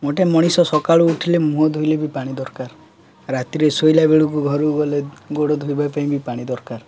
ଗୋଟେ ମଣିଷ ସକାଳୁ ଉଠିଲେ ମୁହଁ ଧୋଇଲେ ବି ପାଣି ଦରକାର ରାତିରେ ଶୋଇଲା ବେଳୁକୁ ଘରୁକୁ ଗଲେ ଗୋଡ଼ ଧୋଇବା ପାଇଁ ବି ପାଣି ଦରକାର